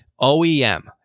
OEM